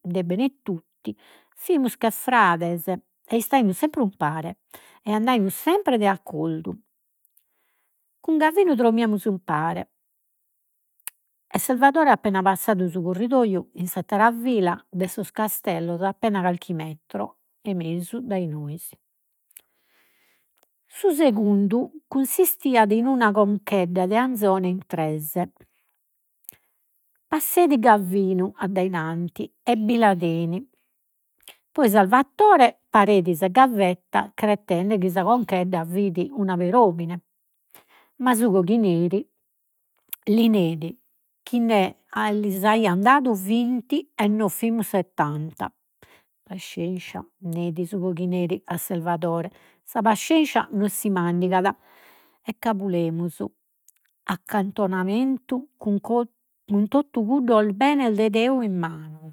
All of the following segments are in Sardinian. De Benetutti fimus che frades, e istaimus sempre umpare, e andaimus sempre de accordu. Cun Gavinu drommiamus umpare, e Salvadore appena passadu su corridoiu in s'attera fila de sos castellos appena carchi metro e mesu dai nois. Su segundu in una conchedda de anzone in tres. Passeit Gavinu addainanti e bi la dein, poi Salvadore pareit sa gavetta cretende chi sa conchedda fit una peromine, ma su coghineri li neit chi lis aian dadu vinti e fimus settanta. Pascenscia, neit su coghineri a Salvadore, sa pascenscia non si mandigat, e cabulemus accantonamentu cun totu cuddos bene de Deu in manos.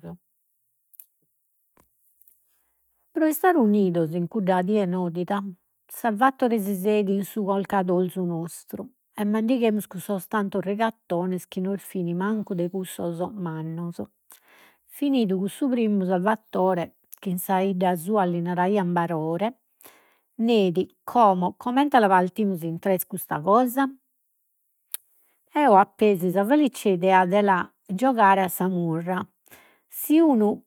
Pro istare unidos in cudda die nodida, Salvadore si seeit in su corcadorzu nostru, e mandighemus cussos tantos rigattones chi no fin mancu de cussos mannos. Finidu cussu primmu Salvadore chi in sa 'idda sua li naraian Barore neit, como comente la partimus in tres custa cosa. Eo appesi sa felice idea giogare a sa murra. Si unu